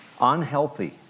Unhealthy